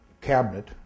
cabinet